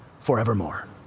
forevermore